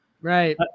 Right